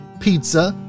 pizza